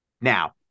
Now